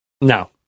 No